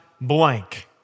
blank